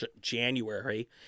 January